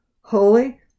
holy